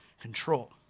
control